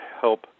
help